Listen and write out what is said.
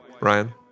Ryan